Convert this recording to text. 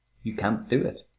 you can't do it,